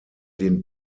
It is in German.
den